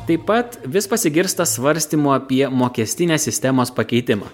taip pat vis pasigirsta svarstymų apie mokestinės sistemos pakeitimą